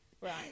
Right